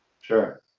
Sure